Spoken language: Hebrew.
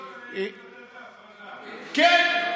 כן,